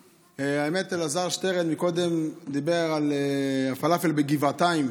האמת, אלעזר שטרן דיבר קודם על הפלאפל בגבעתיים.